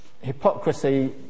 hypocrisy